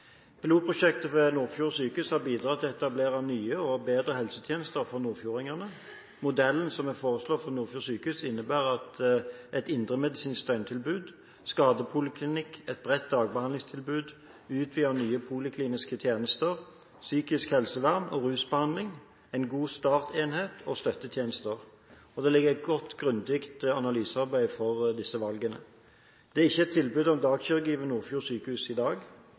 Pilotprosjektet ved Nordfjord sjukehus har bidratt til å etablere nye og bedre helsetjenester for nordfjordingene. Modellen som er foreslått for Nordfjord sjukehus, innebærer et indremedisinsk døgntilbud, skadepoliklinikk, et bredt dagbehandlingstilbud, utvidede og nye polikliniske tjenester, psykisk helsevern og rusbehandling, en «god start»-enhet og støttetjenester. Det ligger et godt og grundig analysearbeid til grunn for disse valgene. Det er ikke et tilbud om dagkirurgi ved Nordfjord sjukehus i dag.